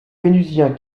vénusien